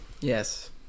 Yes